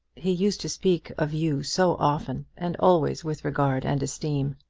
he used to speak of you so often, and always with regard and esteem!